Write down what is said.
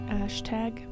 hashtag